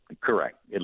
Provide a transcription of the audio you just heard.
Correct